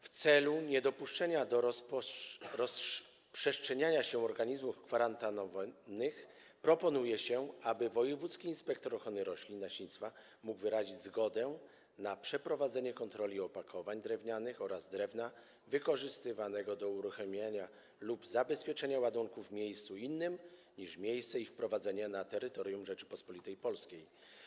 W celu niedopuszczenia do rozprzestrzeniania się organizmów kwarantannowych proponuje się, aby wojewódzki inspektor ochrony roślin i nasiennictwa mógł wyrazić zgodę na przeprowadzenie kontroli opakowań drewnianych oraz drewna wykorzystywanego do unieruchamiania lub zabezpieczania ładunków w miejscu innym niż miejsce ich wprowadzenia na terytorium Rzeczypospolitej Polskiej.